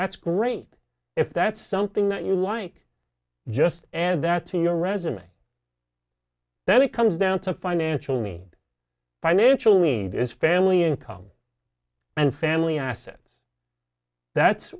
that's great if that's something that you like just add that to your resume then it comes down to financial me financial need is family income and family assets that's